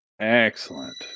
Excellent